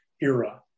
era